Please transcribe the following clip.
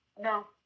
No